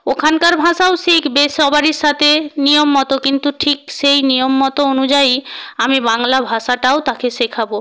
ওখানকার ভাষাও শিখবে সবারই সাথে নিয়ম মতো কিন্তু ঠিক সেই নিয়ম মতো অনুযায়ী আমি বাংলা ভাষাটাও তাকে শেখাবো